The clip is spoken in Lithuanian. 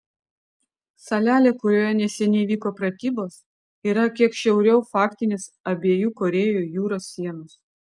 salelė kurioje neseniai vyko pratybos yra kiek šiauriau faktinės abiejų korėjų jūros sienos